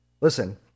Listen